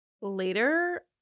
later